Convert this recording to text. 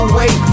wait